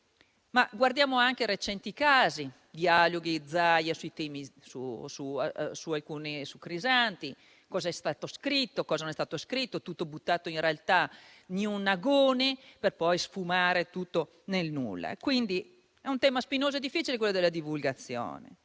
Guardiamo anche a casi recenti, come i dialoghi di Zaia su Crisanti; cosa è stato scritto, cosa non è stato scritto, tutto buttato in realtà in un agone, per poi sfumare nel nulla. È un tema spinoso e difficile quello della divulgazione.